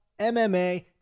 MMA